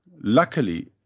Luckily